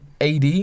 AD